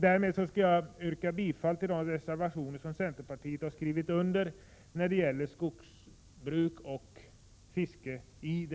Därmed yrkar jag bifall till de reservationer som centerpartiet har skrivit under vad gäller skogsbruk och fiske.